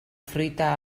fruita